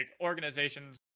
organizations